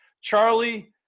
Charlie